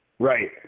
Right